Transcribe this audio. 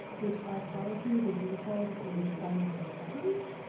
which by policy, the default is by number of properties.